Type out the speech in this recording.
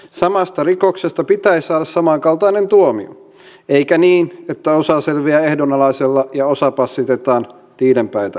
samasta rikoksesta pitäisi saada samankaltainen tuomio eikä niin että osa selviää ehdonalaisella ja osa passitetaan tiilenpäitä lukemaan